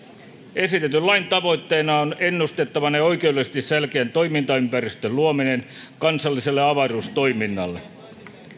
esitetyn lain tavoitteena on ennustettavan ja ja oikeudellisesti selkeän toimintaympäristön luominen kansalliselle avaruustoiminnalle